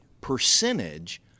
percentage